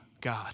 God